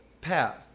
path